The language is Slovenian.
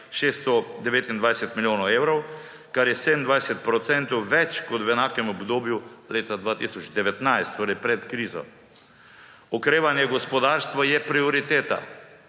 629 milijonov evrov, kar je 27 % več kot v enakem obdobju leta 2019, torej pred krizo. Okrevanje gospodarstva je prioriteta.